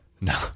No